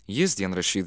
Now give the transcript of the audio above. jis dienraščiui